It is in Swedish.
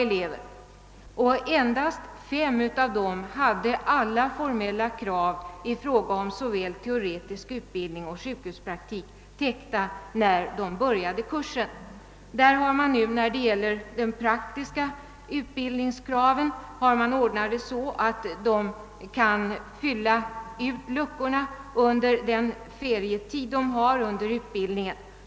Endast fem av de intagna uppfyllde alla formella krav i fråga om såväl teoretisk utbildning som sjukhuspraktik när de började kursen. Där har man nu i fråga om de praktiska utbildningskraven ordnat det så att de kan fylla ut luckorna under den ferietid de har under utbildningen.